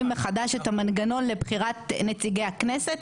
מחדש את המנגנון לבחירת נציגי הכנסת.